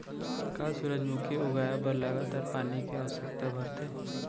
का सूरजमुखी उगाए बर लगातार पानी के आवश्यकता भरथे?